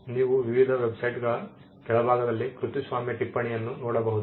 ನೀವು ವಿವಿಧ ವೆಬ್ಸೈಟ್ಗಳ ಕೆಳಭಾಗದಲ್ಲಿ ಕೃತಿಸ್ವಾಮ್ಯ ಟಿಪ್ಪಣಿಯನ್ನು ನೋಡಬಹುದು